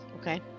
Okay